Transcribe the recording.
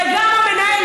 וגם המנהל,